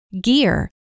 Gear